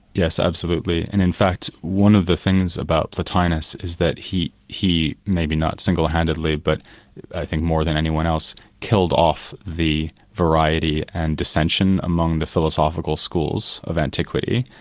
yes, absolutely. and in fact one of the things about plotinus is that he he maybe not singlehandedly, but i think more than anyone else, killed off the variety and dissension among the philosophical schools of antiquity.